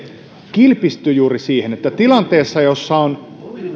kilpistyy juuri siihen että tilanteessa jossa on